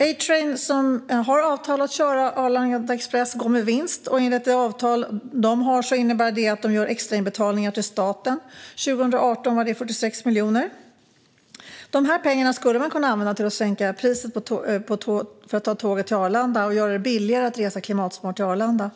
A-Train, som har avtal att köra Arlanda Express, går med vinst. Enligt det avtal de har innebär detta att de gör extrainbetalningar till staten - 2018 var det 46 miljoner. Dessa pengar skulle man kunna använda till att sänka priset för att ta tåget till Arlanda och göra det billigare att resa klimatsmart till Arlanda.